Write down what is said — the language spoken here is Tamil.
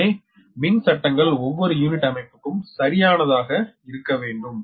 எனவே மின் சட்டங்கள் ஒவ்வொரு யூனிட் அமைப்பிலும் சரியானதாக இருக்க வேண்டும்